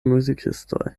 muzikistoj